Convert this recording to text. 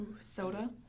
soda